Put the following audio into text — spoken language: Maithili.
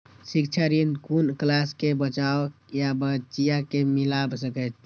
शिक्षा ऋण कुन क्लास कै बचवा या बचिया कै मिल सके यै?